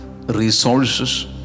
resources